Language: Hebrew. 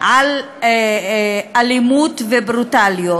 על אלימות וברוטליות,